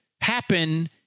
happen